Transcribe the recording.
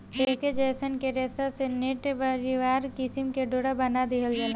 ऐके जयसन के रेशा से नेट, बरियार किसिम के डोरा बना दिहल जाला